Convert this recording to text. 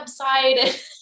website